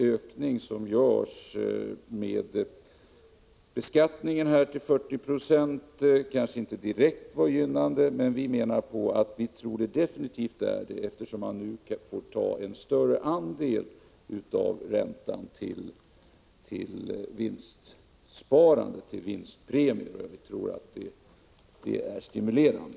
Ökningen av beskattningen till 40 96 kanske inte direkt är gynnsam, men att man får ta en större andel av räntan till vinstpremier tror vi ändå är stimulerande.